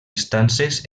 estances